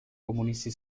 comunisti